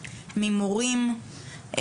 ממורים,